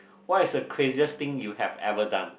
what is a craziest thing you have ever done